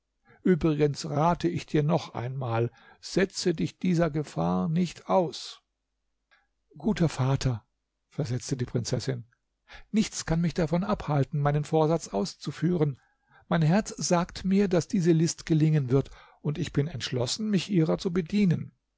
übrigens rate ich dir noch einmal setze dich dieser gefahr nicht aus guter vater versetzte die prinzessin nichts kann mich abhalten meinen vorsatz auszuführen mein herz sagt mir daß diese list gelingen wird und ich bin entschlossen mich ihrer zu bedienen